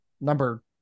Number